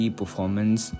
performance